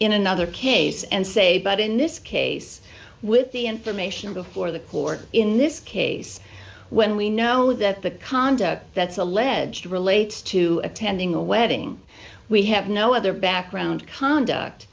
in another case and say but in this case with the information before the court in this case when we know that the conduct that's alleged relates to attending a wedding we have no other background conduct